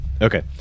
Okay